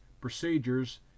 procedures